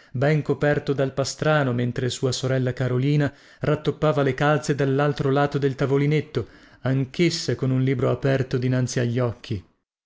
ben coperto dal pastrano mentre sua sorella carolina rattoppava le calze dallaltro lato del tavolinetto anchessa con un libro aperto dinanzi agli occhi